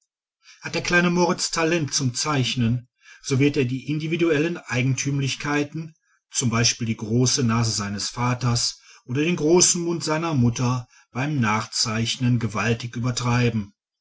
hat der kleine moritz talent zum zeichnen so wird er die individuellen eigentümlichkeiten z b die große nase seines vaters oder den großen mund seiner mutter beim nachzeichnen gewaltig übertreiben